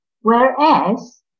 Whereas